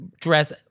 dress